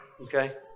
Okay